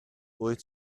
wyt